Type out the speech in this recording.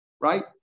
right